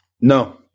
No